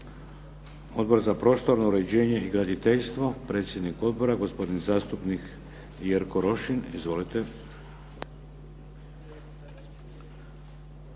Odbor za prostorno uređenje i graditeljstvo? Predsjednik odbora gospodin zastupnik Jerko Rošin. Izvolite.